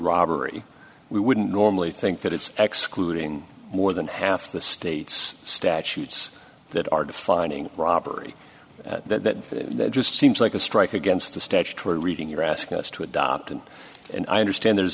robbery we wouldn't normally think that it's ex clued in more than half the states statutes that are defining robbery that just seems like a strike against the statutory reading you're asking us to adopt and and i understand there's